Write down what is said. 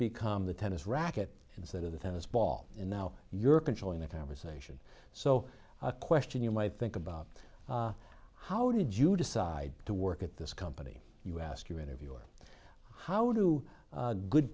become the tennis racquet instead of the tennis ball and now you're controlling the conversation so a question you might think about how did you decide to work at this company you asked your interviewer how do good